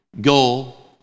goal